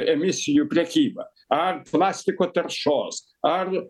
emisijų prekyba ar plastiko taršos ar